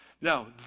Now